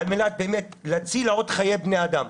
על מנת באמת להציל עוד חיי בני אדם.